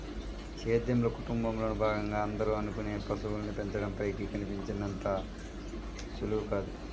సేద్యంలో, కుటుంబంలోను భాగంగా అందరూ అనుకునే పశువుల్ని పెంచడం పైకి కనిపించినంత సులువు కాదు